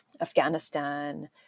Afghanistan